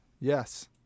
Yes